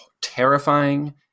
terrifying